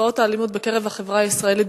האלימות בקרב החברה הישראלית,